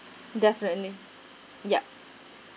definitely yup